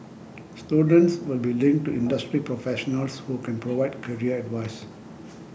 students will be linked to industry professionals who can provide career advice